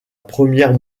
première